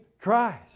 Christ